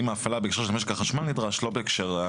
אנחנו עכשיו עוברים להערות לסעיף (ח) עד (יב),